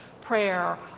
prayer